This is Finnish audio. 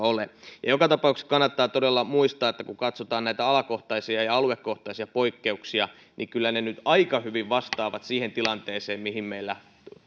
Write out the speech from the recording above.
ole joka tapauksessa kannattaa todella muistaa että kun katsotaan näitä alakohtaisia ja aluekohtaisia poikkeuksia niin kyllä ne nyt aika hyvin vastaavat siihen tilanteeseen mihin meillä